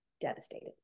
devastated